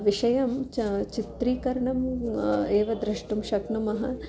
विषयं च चित्रीकरणम् एव द्रष्टुं शक्नुमः